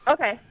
Okay